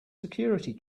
security